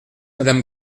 madame